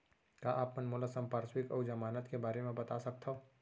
का आप मन मोला संपार्श्र्विक अऊ जमानत के बारे म बता सकथव?